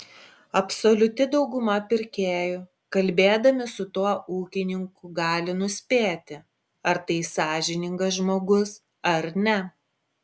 absoliuti dauguma pirkėjų kalbėdami su tuo ūkininku gali nuspėti ar tai sąžiningas žmogus ar ne